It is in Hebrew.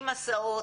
עם הסעות,